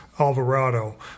Alvarado